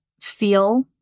feel